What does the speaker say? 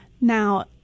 Now